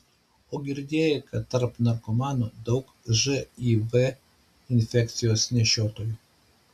o girdėjai kad tarp narkomanų daug živ infekcijos nešiotojų